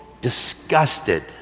disgusted